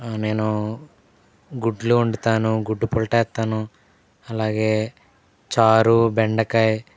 నేను గుడ్లు వండుతాను గుడ్డు పుల్ట వేస్తాను అలాగే చారు బెండకాయ్